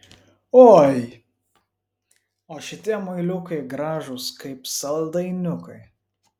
oi o šitie muiliukai gražūs kaip saldainiukai